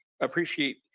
appreciate